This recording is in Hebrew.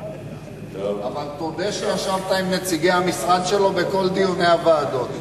אבל תודה שישבת עם נציגי המשרד שלו בכל דיוני הוועדות.